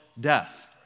death